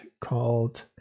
called